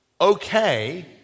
okay